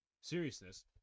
seriousness